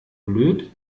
blöd